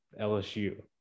LSU